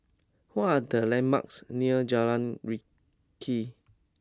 what are the landmarks near Jalan Rakit